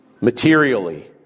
materially